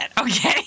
Okay